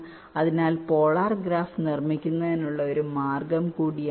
അതിനാൽ polar graph നിർമ്മിക്കുന്നതിനുള്ള ഒരു മാർഗ്ഗം കൂടിയാണിത്